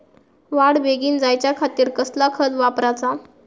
वाढ बेगीन जायच्या खातीर कसला खत वापराचा?